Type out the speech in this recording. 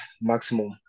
maximum